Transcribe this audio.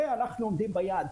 אנחנו עומדים ביעד.